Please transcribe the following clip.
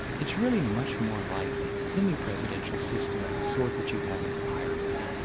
it's really much more like a semi presidential system of the sort that you have in ireland,